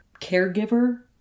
caregiver